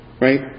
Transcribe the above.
Right